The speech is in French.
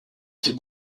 fait